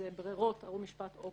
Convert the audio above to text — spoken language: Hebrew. אנחנו